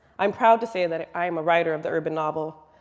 i'm proud to say that i am a writer of the urban novel.